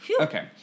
Okay